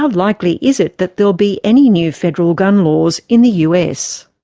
ah likely is it that there will be any new federal gun laws in the us?